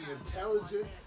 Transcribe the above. intelligent